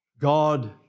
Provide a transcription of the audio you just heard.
God